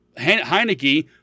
Heineke